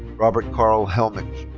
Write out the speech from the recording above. robert karl hellmich.